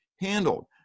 handled